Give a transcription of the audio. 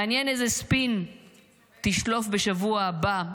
מעניין איזה ספין תשלוף בשבוע הבא,